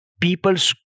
people's